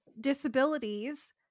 disabilities